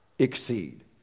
Exceed